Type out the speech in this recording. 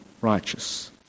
righteous